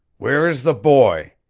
where is the boy?